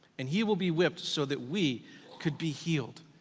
and he will be whipped so that we could be healed.